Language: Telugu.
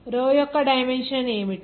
రో యొక్క డైమెన్షన్ ఏమిటి